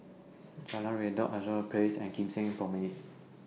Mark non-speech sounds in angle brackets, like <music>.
Jalan Redop <unintelligible> Place and Kim Seng Promenade